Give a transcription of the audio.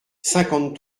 cinquante